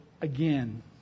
again